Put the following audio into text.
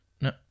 No